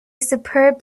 superb